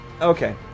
Okay